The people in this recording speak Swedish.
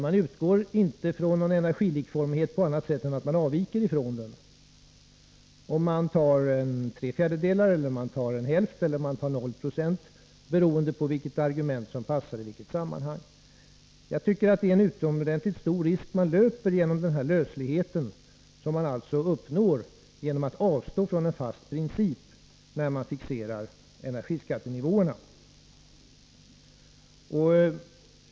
Man utgår inte från någon energilikformighet på annat sätt än att man avviker ifrån den. Vid beräkningen av energiskattenivåerna har man tagit tre fjärdedelar, hälften eller noll procent, beroende på vilket argument som passar i olika sammanhang. Jag tycker att man löper en utomordentligt stor risk genom denna löslighet, som man skapar genom att avstå från en fast princip för hur energiskattenivåerna skall fixeras.